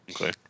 Okay